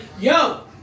yo